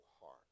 heart